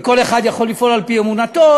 וכל אחד יכול לפעול על-פי אמונתו.